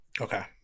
okay